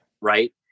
Right